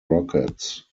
rockets